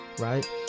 Right